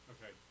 Okay